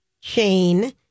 chain